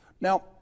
Now